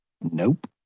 Nope